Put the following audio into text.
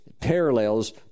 parallels